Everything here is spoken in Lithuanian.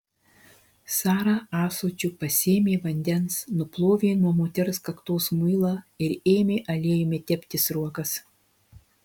sara ąsočiu pasėmė vandens nuplovė nuo moters kaktos muilą ir ėmė aliejumi tepti sruogas